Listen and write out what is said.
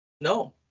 No